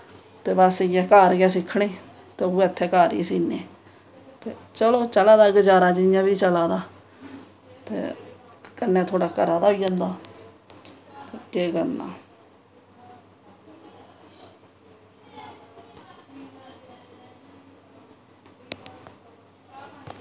ते बस इ'यै घर गै सिक्खने ते उ'ऐ इत्थें घर ई सीह्ने तो चलो चला दा गजारा जि'यां बी चला दा ते कन्नै थोह्ड़ा घरा दा होई जंदा केह् करना